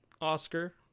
oscar